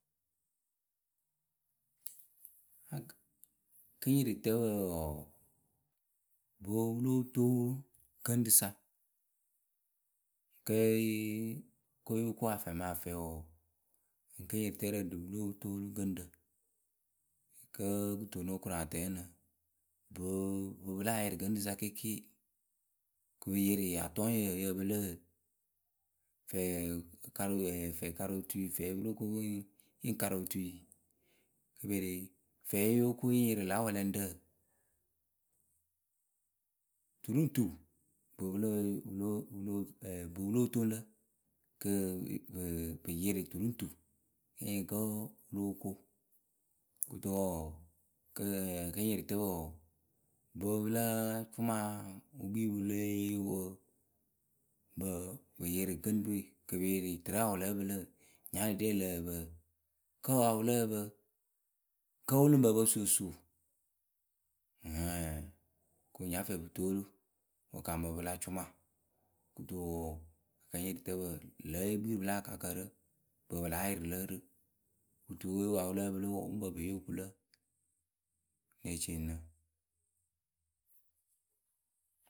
Kɨŋyɩrɩtǝ wɔɔ, ŋpǝ pɨ lóo toŋ gɨŋrǝ sa kǝ́ yóo ko afɛɛ mǝ afɛɛ wɔɔ, kɨŋyɩrɩtǝ ŋ nóo toolu gɨŋrǝ kǝ́ kɨto wǝ́ ŋ́ nóo koru a tɛŋ ǝnɨ? ŋpɨ pɨ láa yɩrɩ gɨŋrǝ sa kɩɩkɩɩ kɨ pɨ yɩrɩ atɔŋyǝ yǝ pɨlɨ fɛɛkarɨ otui, fɛɛ pǝ lóo ko yɨ ŋ karǝ otui, fɛɛ yóo ko yɨ ŋ yɩrɩ lá wɛlɛŋrǝ. Tu ru ŋ tu ŋpǝ pɨ lóo toŋ lǝ kɨ pɨ yɩrɩ tu ru ŋ tu pɨ ŋ nyɩŋ kǝ́ wǝ lóo ko. Kɨto wɔɔ. kɨŋyɩrɩtǝ wɔɔ ŋpɨ ppɨla cʊma wǝ kpii pɨ lée yee wǝǝ ŋpɨ pɨ ŋ yɩrɩ gɨŋrǝ we kj pɨ yɩrɩ tɨrɛ ya wǝ lǝ́ǝ pɨlɨ, nyarɨpiɖɛ lǝh pǝ, kǝ́ ya wǝ lǝ́ǝ pǝ? Kǝ́ wǝ lǝŋ pǝ pǝ sooso? Kɨ pɨ nya fɛɛ pɨ toolu. wǝ kaamɨ pɨla cʊma. Kɨto wɔɔ, kɨŋyɩrɩtǝpǝ ŋlǝ le kpii rǝ pɨla akaakǝ rǝ. ŋpɨ pɨ láa yɩrɩ lǝ rǝ, wǝ́ tuwe wǝ ya lǝ́ǝ pɨlɨ wɔɔ, pɨ ŋ pǝ pɨ pe yee pɨ ku lǝ rǝ ŋ́ ne ceeni nɨ.